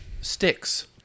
sticks